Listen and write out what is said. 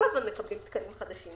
כל הזמן מקבלים תקנים חדשים,